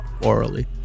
orally